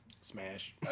Smash